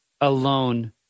Alone